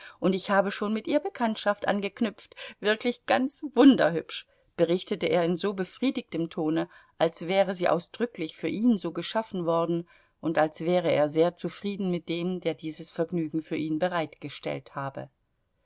und ich habe schon mit ihr bekanntschaft angeknüpft wirklich ganz wunderhübsch berichtete er in so befriedigtem tone als wäre sie ausdrücklich für ihn so geschaffen worden und als wäre er sehr zufrieden mit dem der dieses vergnügen für ihn bereitgestellt habe